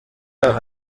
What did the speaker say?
aha